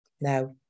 no